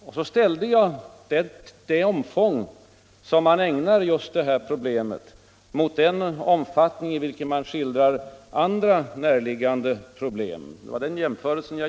Sedan ställde jag det intresse som deklarationen ägnar åt detta och andra liknande frågor mot den omfattning i vilken man skildrar andra Sverige närliggande problem.